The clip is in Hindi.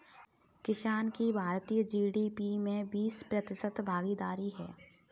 किसान की भारतीय जी.डी.पी में बीस प्रतिशत भागीदारी है